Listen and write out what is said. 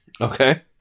Okay